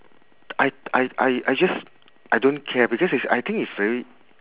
I I I I just I don't care because it's I think it's very